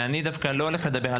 אני דווקא לא הולך לדבר על